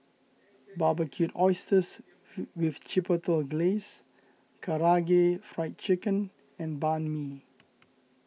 Barbecued Oysters with Chipotle Glaze Karaage Fried Chicken and Banh Mi